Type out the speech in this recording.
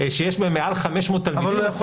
שיש בהם מעל 500 תלמידים,